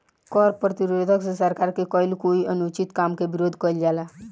कर प्रतिरोध से सरकार के कईल कोई अनुचित काम के विरोध कईल जाला